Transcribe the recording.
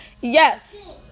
Yes